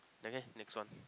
okay next one